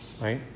right